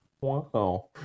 Wow